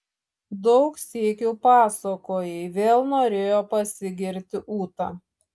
daug sykių pasakojai vėl norėjo pasigirti ūta